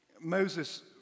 Moses